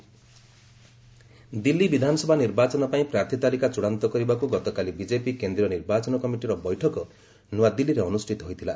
BJP election committee Delhi ବିଧାନସଭା ନିର୍ବାଚନ ପାଇଁ ପ୍ରାର୍ଥୀ ତାଲିକା ଚୃଡ଼ାନ୍ତ କରିବାକୁ ଗତକାଲି ବିକେପି କେନ୍ଦ୍ରୀୟ ନିର୍ବାଚନ କମିଟିର ବୈଠକ ନୂଆଦିଲ୍ଲୀରେ ଅନୁଷ୍ଠିତ ହୋଇଥିଲା